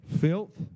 filth